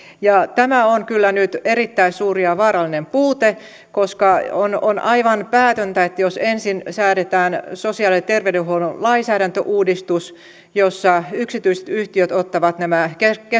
tämä on kyllä nyt erittäin suuri ja vaarallinen puute koska on on aivan päätöntä että jos ensin säädetään sosiaali ja terveydenhuollon lainsäädäntöuudistus jossa yksityiset yhtiöt ottavat nämä